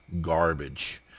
garbage